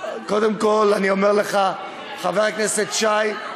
קודם כול, אני אומר לך, חבר הכנסת שי,